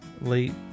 late